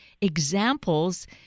examples